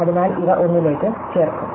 അതിനാൽ ഇവ 1 ലേക്ക് ചേർക്കും